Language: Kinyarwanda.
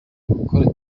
gukora